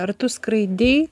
ar tu skraidei